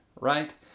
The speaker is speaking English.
right